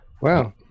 Wow